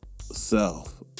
self